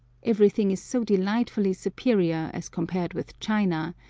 everything is so delightfully superior, as compared with china,